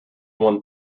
one